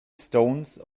stones